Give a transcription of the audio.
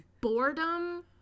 boredom